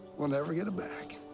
we'll never get it back.